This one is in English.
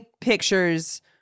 pictures